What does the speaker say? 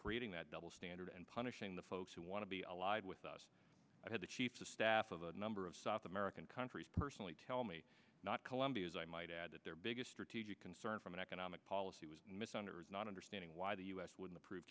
creating that double standard and punishing the folks who want to be allied with us i had the chief of staff of a number of south american countries personally tell me not colombia is i might add that their biggest strategic concern from an economic policy was not understanding why the u s would approve